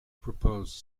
proposed